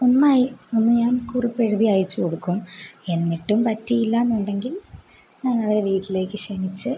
ഒന്നായി നിന്ന് ഞാൻ കുറിപ്പ് എഴുതി അയച്ച് കൊടുക്കും എന്നിട്ടും പറ്റിയില്ല എന്നുണ്ടെങ്കിൽ ഞാൻ അവരെ വീട്ടിലേക്ക് ക്ഷണിച്ച്